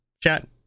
Chat